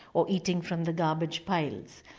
or eating from the garbage piles.